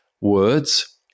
words